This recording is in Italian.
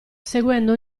seguendo